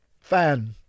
fan